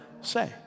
say